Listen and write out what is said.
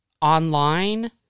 online